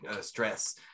stress